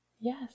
Yes